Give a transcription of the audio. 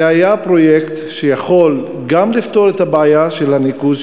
זה פרויקט שהיה יכול גם לפתור את הבעיה של הניקוז,